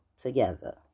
together